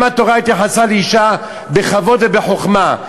גם התורה התייחסה לאישה בכבוד ובחוכמה.